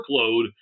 workload